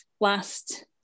last